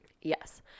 Yes